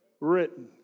written